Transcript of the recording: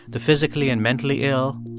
the physically and mentally ill,